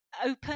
open